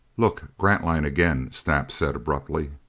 look! grantline again! snap said abruptly.